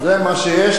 זה מה שיש,